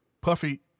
Puffy